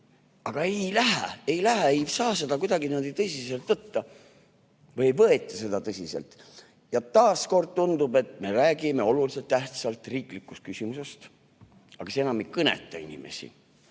Aga ei lähe, ei lähe, ei saa seda kuidagi tõsiselt võtta. Või ei võeta tõsiselt. Taas kord tundub, et me räägime oluliselt tähtsast riiklikust küsimusest, aga see enam ei kõneta inimesi.